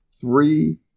three